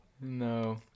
No